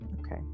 okay